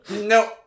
No